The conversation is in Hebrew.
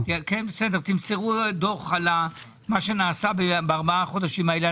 ותמסרו דוח על מה שנעשה בארבעת החודשים הללו.